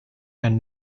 and